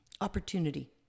opportunity